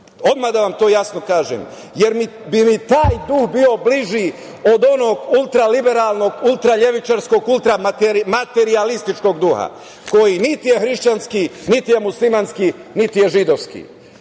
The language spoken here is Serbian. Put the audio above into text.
Odmah da vam to jasno kažem, jer bi mi taj duh bio bliži od onoga ultraliberalnog, ultralevičarskog, ultramaterijalističkog duha, koji niti je hrišćanski, niti je muslimanski, niti je židovski. Balkan